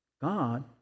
God